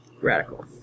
Radical